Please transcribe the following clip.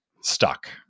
stuck